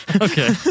Okay